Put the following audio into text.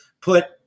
put